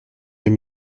deux